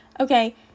Okay